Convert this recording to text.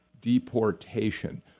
deportation